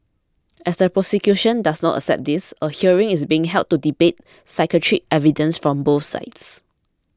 as the prosecution does not accept this a hearing is being held to debate psychiatric evidence from both sides